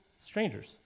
strangers